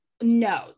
no